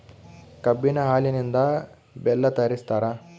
ಕಬ್ಬಿನ ಹಾಲಿನಿಂದ ಬೆಲ್ಲ ತಯಾರಿಸ್ತಾರ